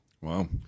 Wow